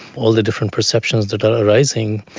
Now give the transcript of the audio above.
all the different perceptions that are arising,